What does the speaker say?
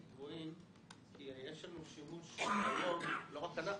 גבוהים כי יש לנו שימוש היום לא רק אנחנו,